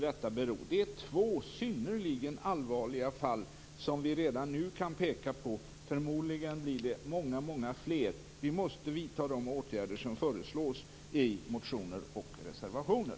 Det är två synnerligen allvarliga fall som vi redan nu kan peka på, och förmodligen blir det många fler. Vi måste vidta de åtgärder som föreslås i motioner och reservationer.